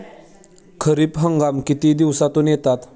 खरीप हंगाम किती दिवसातून येतात?